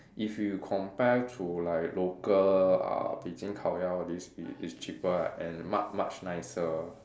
if you compare to like local uh Beijing 烤鸭 all these it is cheaper lah and much much nicer